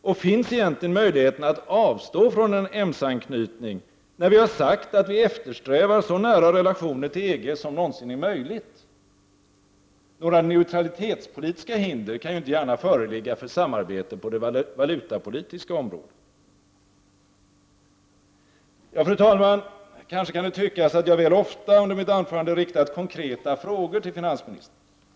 Och finns egentligen möjligheten att avstå från en EMS-anknytning, när vi har sagt att vi eftersträvar så nära relationer till EG som det någonsin är möjligt? Några neutralitetspolitiska hinder kan ju inte gärna föreligga för samarbete på det valutapolitiska området. Fru talman! Kanske har jag väl ofta under mitt anförande riktat konkreta frågor till finansministern.